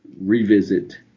Revisit